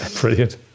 Brilliant